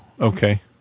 okay